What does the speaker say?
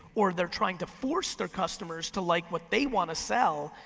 or they're trying to force their customers to like what they wanna sell,